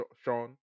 sean